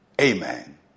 amen